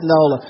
Nola